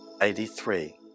Eighty-three